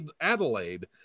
Adelaide